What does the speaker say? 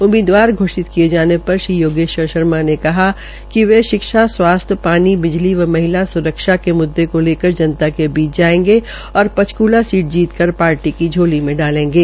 उम्मीदवार घोषित किये जाने पर श्री योगेश्वर शर्मा ने कहा कि वे शिक्षा स्वास्थ्य पानी बिजली व महिला सुरक्षा के मुददों को लेकर जनता के सामने जायेंगे और पंचकूला सीट जीत कर पार्टी की की झोली में डालेंगे